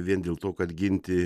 vien dėl to kad ginti